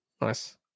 nice